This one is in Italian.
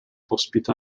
ospita